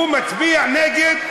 הוא מצביע נגד,